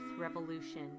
revolution